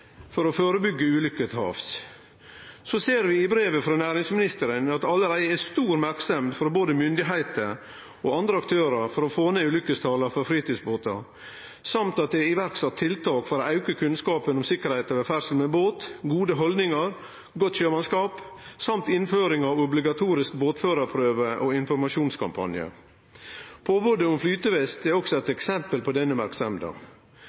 for å førebyggje ulykker til havs. Vi ser i brevet frå næringsministeren at det allereie er stor merksemd frå både myndigheiter og andre aktørar for å få ned ulykkestalet for fritidsbåtar, og at det er sett i verk tiltak for å auke kunnskapen om sikkerheita for ferdsel med båt, gode haldningar, godt sjømannsskap og innføring av obligatorisk båtførarprøve og informasjonskampanjar. Påbodet om flytevest er også eit eksempel på denne merksemda.